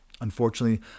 Unfortunately